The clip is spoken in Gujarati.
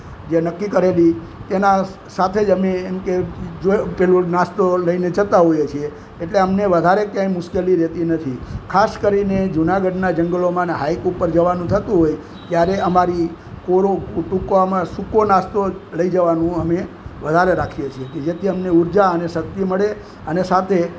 જે નક્કી કરેલી તેના સાથે જ અમે એમકે જે પેલું નાસ્તો લઈને જતાં હોઈએ છીએ એટલે અમને વધારે ક્યાંય મુશ્કેલી રહેતી નથી ખાસ કરીને જુનાગઢના જંગલોમાં ને હાઇટ ઉપર જવાનું થતું હોય ત્યારે અમારી કોરો ટૂંકો આમાં સૂકો નાસ્તો લઈ જવાનું અમે વધારે રાખીએ છીએ જેથી અમે ઉર્જા અને શક્તિ મળે અને સાથે